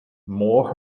more